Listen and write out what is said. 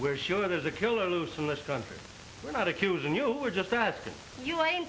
we're sure there's a killer loose in this country we're not accusing you we're just that if you ain't